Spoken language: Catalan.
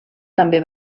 també